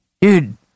Dude